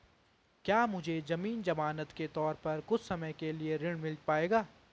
क्या मुझे ज़मीन ज़मानत के तौर पर कुछ समय के लिए ऋण मिल पाएगा?